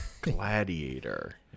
Gladiator